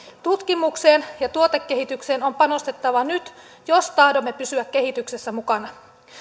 tutkimukseen ja tuotekehitykseen on panostettava nyt jos tahdomme pysyä kehityksessä mukana